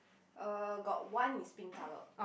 uh got one is pink colour